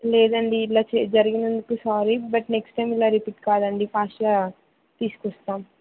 లేదండి ఇలా చే జరిగినందుకు సారీ బట్ నెక్స్ట్ టైం ఇలా రిపీట్ కాదండి ఫాస్ట్గా తీసుకొస్తాం